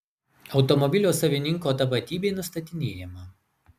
automobilio savininko tapatybė nustatinėjama